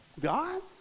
God